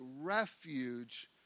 refuge